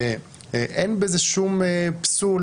שאין בזה שום פסול,